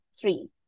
three